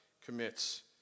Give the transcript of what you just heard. commits